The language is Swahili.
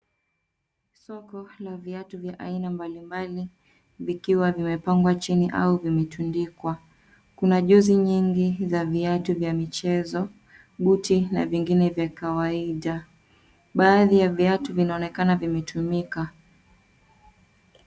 Soko la viatu vya aina mbalimbali vikiwa vimepangwa chini au vimetundikwa. Kuna jozi nyingi za viatu vya michezo, buti na vingine vya kawaida. Baadhi ya viatu vinaonekana vimetumika.